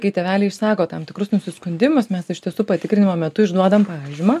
kai tėveliai išsako tam tikrus nusiskundimus mes iš tiesų patikrinimo metu išduodam pažymą